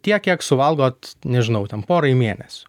tiek kiek suvalgot nežinau ten porai mėnesių